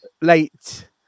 late